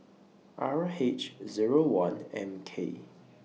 R H Zero one M K